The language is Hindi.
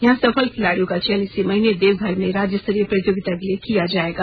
यहाँ सफल खिलाड़ियों का चयन इसी महीने देवघर मे प्रायोजित राज्य स्तरीय प्रतियोगिता के लिए किया जाएगा